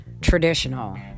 traditional